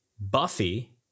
Buffy